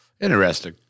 Interesting